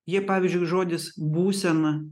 jei pavyzdžiui žodis būsena